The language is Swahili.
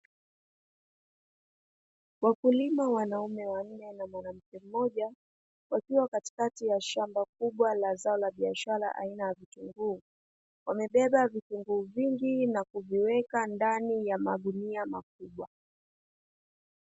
Wakulima wanaume wanne na mwanamke mmoja wakiwa katikati ya shamba kubwa la zao la biashara aina ya vitunguu, wamebeba vitunguu vingi na kuviweka ndani ya magunia makubwa.